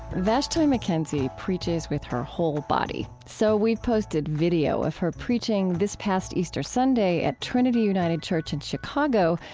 vashti mckenzie preaches with her whole body, so we've posted video of her preaching this past easter sunday at trinity united church in chicago,